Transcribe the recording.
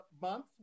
month